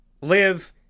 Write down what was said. live